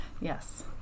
Yes